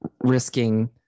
risking